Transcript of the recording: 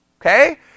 okay